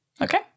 Okay